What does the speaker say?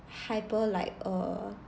hyper like err